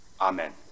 Amen